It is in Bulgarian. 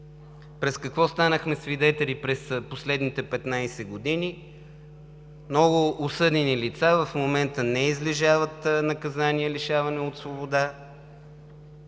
На какво станахме свидетели през последните 15 години?! Много осъдени лица в момента не излежават наказание „лишаване от свобода“.